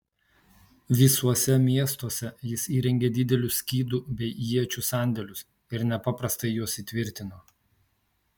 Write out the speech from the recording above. visuose miestuose jis įrengė didelius skydų bei iečių sandėlius ir nepaprastai juos įtvirtino